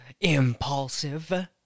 impulsive